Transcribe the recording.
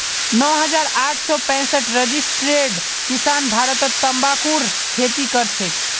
नौ हजार आठ सौ पैंसठ रजिस्टर्ड किसान भारतत तंबाकूर खेती करछेक